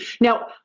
Now